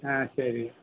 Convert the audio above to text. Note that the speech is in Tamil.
ஆ சரி